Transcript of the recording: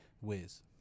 Wiz